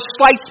slight